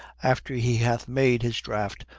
after he hath made his draught,